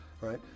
right